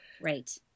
right